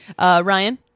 Ryan